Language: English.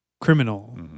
criminal